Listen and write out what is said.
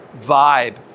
vibe